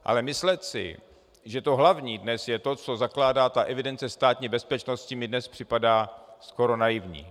Ale myslet si, že to hlavní dnes je to, co zakládá evidence Státní bezpečnosti, mi dnes připadá skoro naivní.